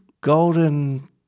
golden